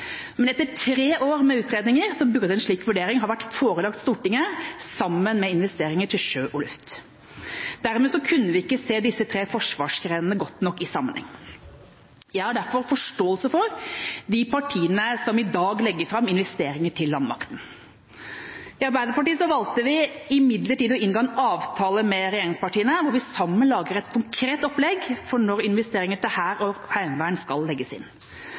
men etter tre år med utredninger burde en slik vurdering ha vært forelagt Stortinget sammen med investeringer i sjø og luft. Dermed kunne vi ikke se disse tre forsvarsgrenene godt nok i sammenheng. Jeg har derfor forståelse for de partiene som i dag legger inn investeringer i landmakten. I Arbeiderpartiet valgte vi imidlertid å inngå en avtale med regjeringspartiene, hvor vi sammen lager et konkret opplegg for når investeringer i hær og heimevern skal legges inn: